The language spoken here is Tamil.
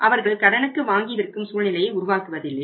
அவர்கள் கடனுக்கு வாங்கி விற்கும் சூழ்நிலையை உருவாக்குவதில்லை